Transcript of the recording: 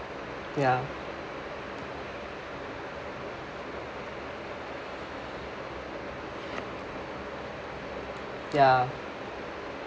ya ya